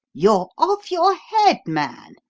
you're off your head, man.